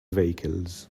vehicles